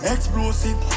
Explosive